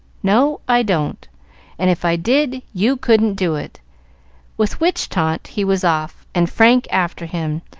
no, i don't and if i did, you couldn't do it with which taunt he was off and frank after him,